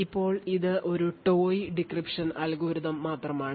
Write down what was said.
ഇപ്പോൾ ഇത് ഒരു toy ഡീക്രിപ്ഷൻ അൽഗോരിതം മാത്രമാണ്